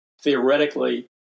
theoretically